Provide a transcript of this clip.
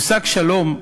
המושג "שלום"